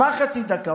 מה חצי דקה?